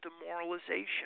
demoralization